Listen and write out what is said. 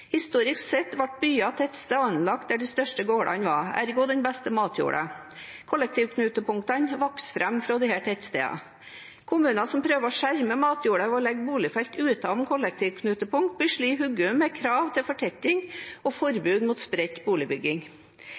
Historisk sett ble byer og tettsteder anlagt der de største gårdene var, ergo den beste matjorda. Kollektivknutepunktene vokste fram fra disse tettstedene. Kommuner som prøver å skjerme matjorda ved å legge boligfelt utenom kollektivknutepunkt, blir slått i hodet med krav til fortetting og forbud mot spredt boligbygging.